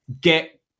get